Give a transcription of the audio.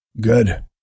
Good